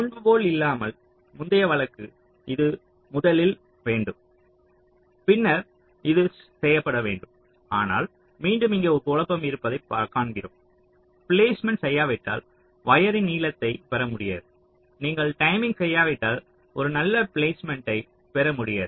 முன்பு போல் இல்லாமல் முந்தைய வழக்கு இது முதலில் செய்யப்பட வேண்டும் பின்னர் இது செய்யப்பட வேண்டும் ஆனால் மீண்டும் இங்கே ஒரு குழப்பம் இருப்பதைக் காண்கிறோம் பிளேஸ்மெண்ட் செய்யாவிட்டால் வயரின் நீளத்தைப் பெற முடியாது நீங்கள் டைமிங் செய்யாவிட்டால் ஒரு நல்ல பிளேஸ்மெண்ட்டை பெற முடியாது